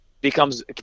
becomes